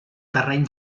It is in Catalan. terreny